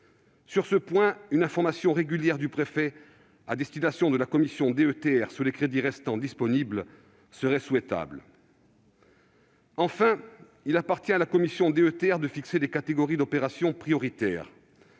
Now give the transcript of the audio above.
Sur ce point, une information régulière du préfet à destination de la commission DETR sur les crédits restant disponibles serait souhaitable. Enfin, comme il appartient à la commission DETR de fixer les catégories d'opérations prioritaires,